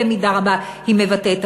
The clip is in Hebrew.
במידה רבה היא מבטאת,